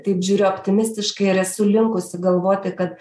taip žiūriu optimistiškai ir esu linkusi galvoti kad